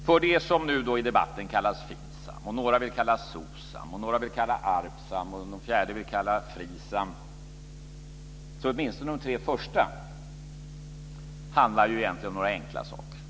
Av det som i debatten kallas för FINSAM och som några vill kalla SOSAM, några ARBSAM och några FRISAM handlar åtminstone de tre första egentligen om några enkla saker.